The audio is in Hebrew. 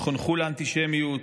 שחונכו לאנטישמיות,